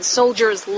soldiers